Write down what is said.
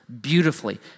beautifully